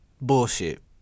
Bullshit